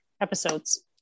episodes